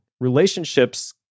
relationships